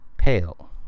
Pale